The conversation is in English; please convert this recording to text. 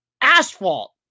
asphalt